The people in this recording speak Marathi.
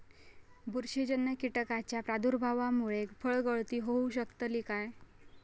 बुरशीजन्य कीटकाच्या प्रादुर्भावामूळे फळगळती होऊ शकतली काय?